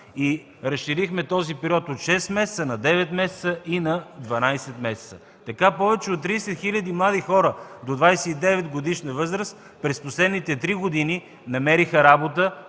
Разширихме периода от 6 месеца на 9 месеца и на 12 месеца. Така повече от 30 000 млади хора до 29-годишна възраст през последните три години намериха работа